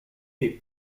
est